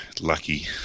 lucky